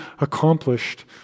accomplished